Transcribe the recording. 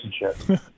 relationship